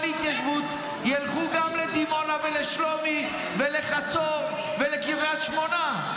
להתיישבות ילכו גם לדימונה ולשלומי ולחצור ולקריית שמונה.